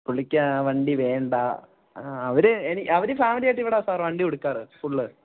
പുള്ളിക്കാ വണ്ടി വേണ്ട അവര് അവര് ഫാമിലിയായിട്ട് ഇവിടെയാണ് സാർ വണ്ടി കൊടുക്കാറ് ഫുള്